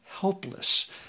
helpless